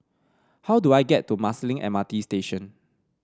how do I get to Marsiling M R T Station